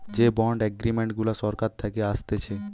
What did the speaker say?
যে bond agreement গুলা সরকার থাকে আসতেছে